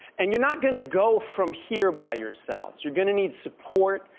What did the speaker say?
and you're not gonna go from here by yourselves. you're gonna need support,